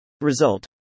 Result